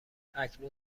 اکنون